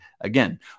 again